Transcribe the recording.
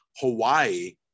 Hawaii